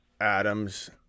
Adams